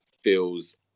feels